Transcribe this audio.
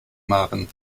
maren